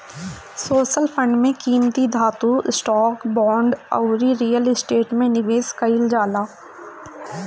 social fund में कीमती धातु, स्टॉक, बांड अउरी रियल स्टेट में निवेश कईल जाला